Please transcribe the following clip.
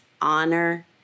honor